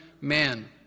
man